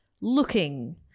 Looking